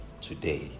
today